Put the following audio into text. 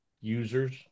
users